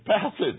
passage